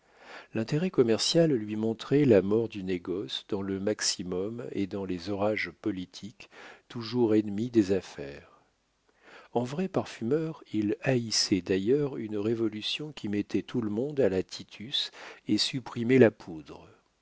l'intérêt commercial lui montrait la mort du négoce dans le maximum et dans les orages politiques toujours ennemis des affaires en vrai parfumeur il haïssait d'ailleurs une révolution qui mettait tout le monde à la titus et supprimait la poudre